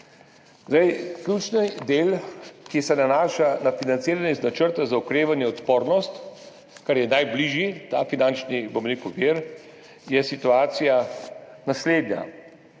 Ključni del, ki se nanaša na financiranje iz Načrta za okrevanje in odpornost, kar je najbližji finančni vir, je situacija naslednja.